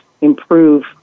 improve